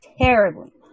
terribly